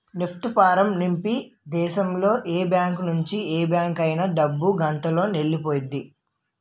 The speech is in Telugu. నెఫ్ట్ ఫారం నింపి దేశంలో ఏ బ్యాంకు నుంచి ఏ బ్యాంక్ అయినా డబ్బు గంటలోనెల్లిపొద్ది